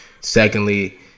secondly